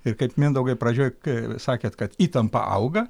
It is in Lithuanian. ir kaip mindaugai pradžioj kai sakėt kad įtampa auga